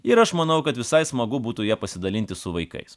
ir aš manau kad visai smagu būtų ja pasidalinti su vaikais